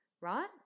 right